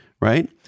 right